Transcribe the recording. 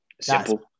Simple